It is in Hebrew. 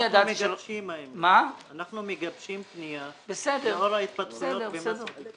אנחנו מגבשים פנייה לאור ההתפתחויות במסעדה.